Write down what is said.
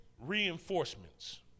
reinforcements